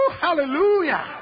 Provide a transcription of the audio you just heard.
Hallelujah